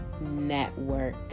network